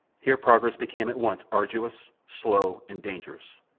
here progress became at once arduous, slow, and dangerous.